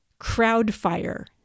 Crowdfire